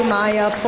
Maya